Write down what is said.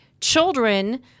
children